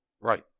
Right